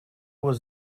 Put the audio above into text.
was